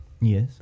Yes